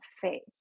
faith